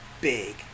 big